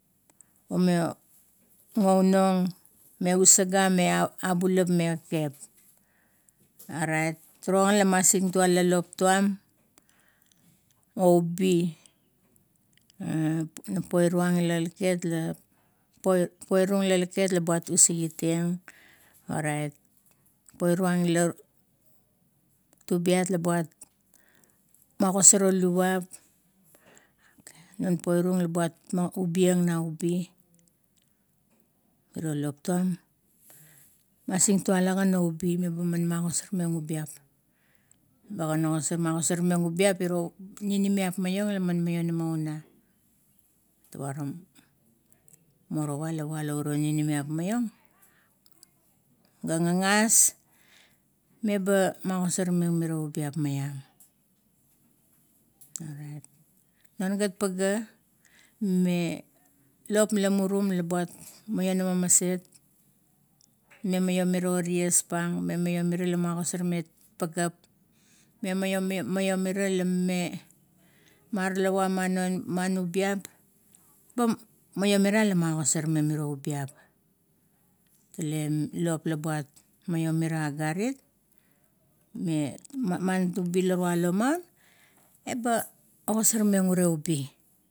Ume gaunong, me usaga me abulap me kekep. Orait, turu gan la masintula lop tuam o ubi, poiruang la laket la poi, poirung le laket la ime usigit ang, orait poirung la rubias la magosarong luvuap, non poinung la ime ubiang na ubi, miro lop tuam masing tuala gan oubi meba gan magosar meng ubiap. Eba gan magasor meng ubiap, iro ninimiap maiong la maioname una. morowar la walo uro ninimiap maiong, ga gagas meba magosar meng miro ubiap maiam. Orait, non gat pagea, lop mela muru la mime mionama maset, me maiomira iro ties pang, me miomira la magosar meng pageap, me miomira la mime, mara lava ma man ubiap, ba maiomira la magosar meng miro ubiap, tale lop la buat maniomira agarit me ubi la tualo maun, ba ogasarmeng urie ubi.